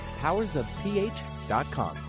powersofph.com